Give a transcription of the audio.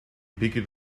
picked